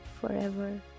forever